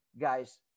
guys